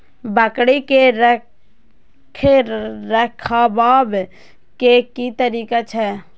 बकरी के रखरखाव के कि तरीका छै?